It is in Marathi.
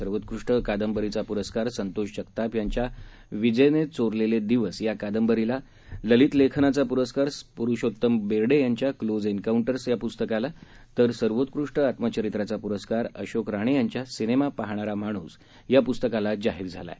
सर्वात्कृष्ट कांदबरीचा पुरस्कार संतोष जगताप यांच्या विजेने चोरलेले दिवस या कादंबरीला ललित लेखनाचा पुरस्कार पुरुषोत्तम बेडे यांच्या क्लोज एन्काऊंटर्स या पुस्तकाला तर सर्वोत्कृष्ट आत्मचरित्राचा पुरस्कार अशोक राणे यांच्या सिनेमा पाहणारा माणूस या पुस्तकाला जाहीर झाला आहे